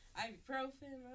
ibuprofen